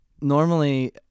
normally